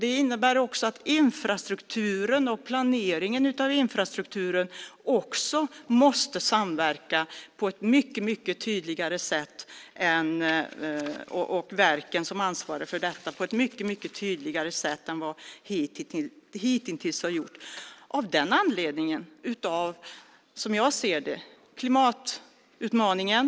Det innebär också att infrastrukturen, planeringen av infrastrukturen och verken som ansvarar för detta måste samverka på ett mycket tydligare sätt än vad som hitintills gjorts. Anledningen är, som jag ser det, klimatutmaningen.